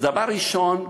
דבר ראשון,